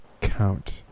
count